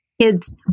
kids